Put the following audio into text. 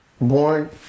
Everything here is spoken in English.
Born